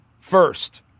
first